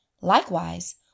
Likewise